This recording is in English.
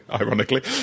ironically